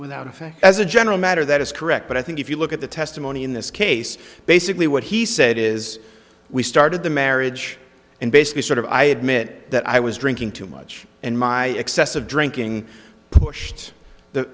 without effect as a general matter that is correct but i think if you look at the testimony in this case basically what he said is we started the marriage and basically sort of i admit that i was drinking too much and my excessive drinking pushed the